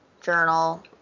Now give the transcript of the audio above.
journal